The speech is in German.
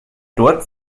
dort